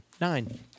Nine